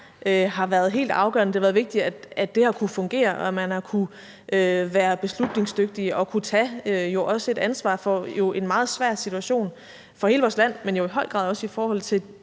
har været helt afgørende. Det har været vigtigt, at det har kunnet fungere, og at man har kunnet være beslutningsdygtig og jo også har kunnet tage et ansvar for en meget svær situation for hele vores land, men i høj grad også i forhold til